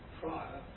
prior